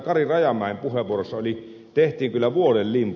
kari rajamäen puheenvuorossa tehtiin kyllä vuoden limbo